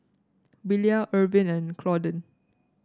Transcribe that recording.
Willia Ervin and Claudine